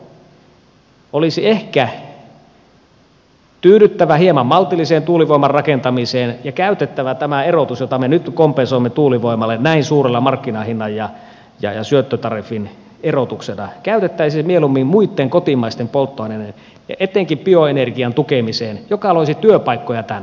olisi ehkä tyydyttävä hieman maltillisempaan tuulivoiman rakentamiseen ja käytettävä tämä erotus jota me nyt kompensoimme tuulivoimalle näin suurella markkinahinnan ja syöttötariffin erotuksella mieluummin muitten kotimaisten polttoaineiden ja etenkin bioenergian tukemiseen joka loisi työpaikkoja tänne